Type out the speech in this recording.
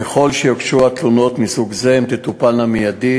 ככל שיוגשו תלונות מסוג זה הן תטופלנה מייד.